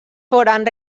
foren